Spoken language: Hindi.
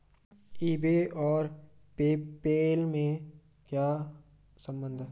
ई बे और पे पैल में क्या संबंध है?